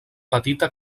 petita